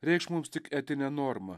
reikš mums tik etinę normą